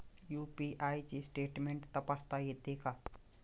UPI चे statement तपासता येते का?